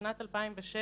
בשנת 2007,